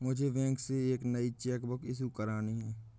मुझे बैंक से एक नई चेक बुक इशू करानी है